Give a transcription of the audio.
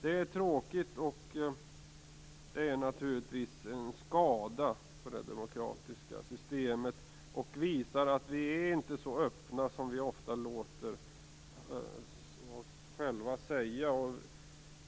Det är tråkigt, och det skadar naturligtvis det demokratiska systemet och visar att vi inte är så öppna som vi ofta säger.